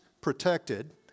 protected